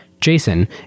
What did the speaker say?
Jason